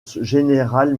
général